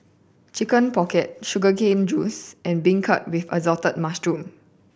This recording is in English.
Chicken Pocket sugar cane juice and beancurd with assorted mushroom